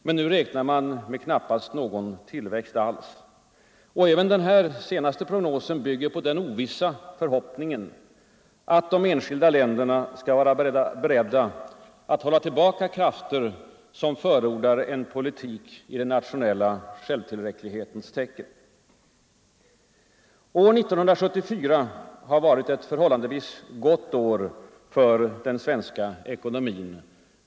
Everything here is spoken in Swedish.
Men nu räknar man med knappast någon tillväxt alls. Och även den senaste prognosen bygger på den ovissa förhoppningen att de enskilda länderna skall vara beredda att hålla tillbaka krafter som förordar en politik i den nationella självtillräcklighetens tecken. År 1974 har varit ett förhållandevis gott år för den svenska ekonomin.